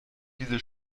diese